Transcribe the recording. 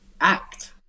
act